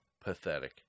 pathetic